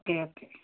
okay okay